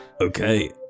Okay